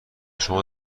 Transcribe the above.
شما